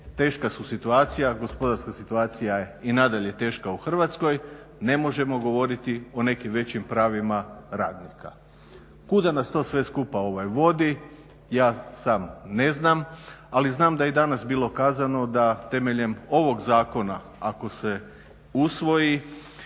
teška je situacija, gospodarska situacija je i nadalje teška u Hrvatskoj, ne možemo govoriti o nekim većim pravima radnika. Kuda nas to sve skupa vodi ja sam ne znam, ali znam da je i danas bilo kazano da temeljem ovog zakona ako se usvoji